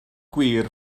gwir